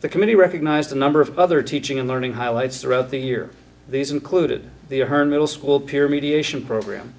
the committee recognized a number of other teaching and learning highlights throughout the year these included the her middle school peer mediation program